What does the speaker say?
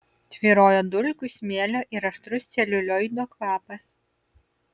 tvyrojo dulkių smėlio ir aštrus celiulioido kvapas